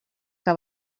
que